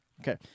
Okay